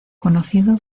conocido